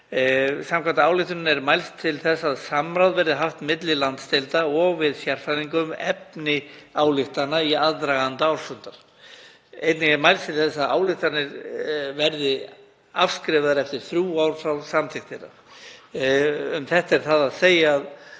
Samkvæmt ályktuninni er mælst til þess að samráð verði haft milli landsdeilda og við sérfræðinga um efni ályktana í aðdraganda ársfundar. Einnig er mælst til þess að ályktanir verði afskrifaðar eftir þrjú ár frá samþykkt þeirra. Um þetta er það að segja að